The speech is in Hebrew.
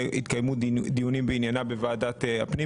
התקיימו דיונים בעניינה בוועדת הפנים